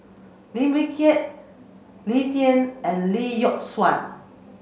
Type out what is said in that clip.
Lim Wee Kiak Lee Tjin and Lee Yock Suan